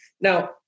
Now